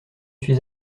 suis